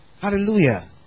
Hallelujah